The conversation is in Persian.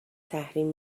تحریم